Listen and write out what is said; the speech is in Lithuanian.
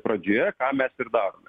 pradžioje ką mes ir darome